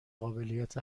قابلیت